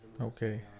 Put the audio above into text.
Okay